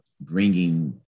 bringing